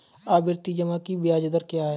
आवर्ती जमा की ब्याज दर क्या है?